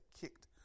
kicked